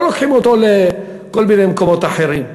לא לוקחים אותו לכל מיני מקומות אחרים.